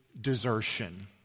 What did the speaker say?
desertion